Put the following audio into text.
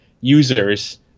users